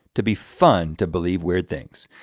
to be fun to believe weird things.